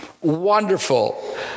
Wonderful